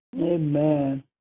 Amen